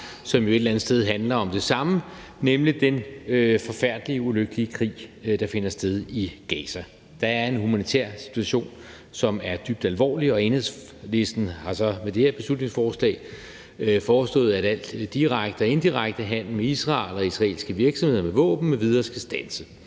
som et eller andet sted handler om det samme, nemlig den forfærdelige, ulykkelige krig, der finder sted i Gaza. Der er en humanitær situation, som er dybt alvorlig, og Enhedslisten har så med det her beslutningsforslag foreslået, at al direkte og indirekte handel med Israel og israelske virksomheder med våben m.v. skal standse.